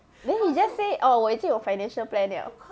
then you just say orh 我已经有 financial plan liao